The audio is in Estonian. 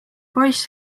poiss